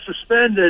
suspended